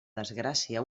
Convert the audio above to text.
desgràcia